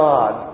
God